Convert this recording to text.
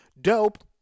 Dope